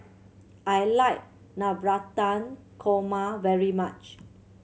I like Navratan Korma very much